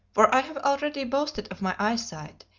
for i have already boasted of my eyesight,